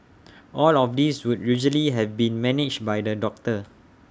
all of this would usually have been managed by the doctor